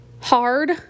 hard